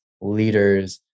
leaders